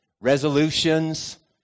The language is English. resolutions